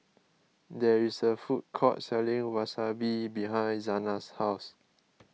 there is a food court selling Wasabi behind Zana's house